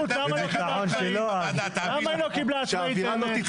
תכנון עצמאיות יש